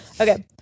okay